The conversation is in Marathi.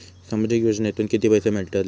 सामाजिक योजनेतून किती पैसे मिळतले?